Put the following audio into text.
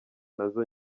nazo